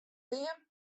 beam